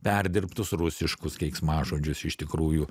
perdirbtus rusiškus keiksmažodžius iš tikrųjų